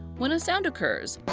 when a sound occurs,